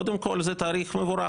קודם כל זה תאריך מבורך,